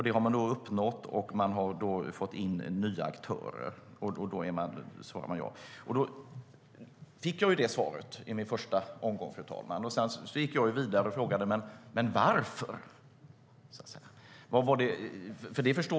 Det har man uppnått, och man har nu fått in nya aktörer. Det svaret fick jag i vår första replikomgång. Sedan gick jag vidare och frågade: Men varför?